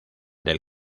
del